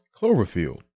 Cloverfield